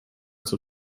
zur